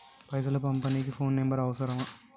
పైసలు పంపనీకి phone number అవసరమేనా?